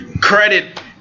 credit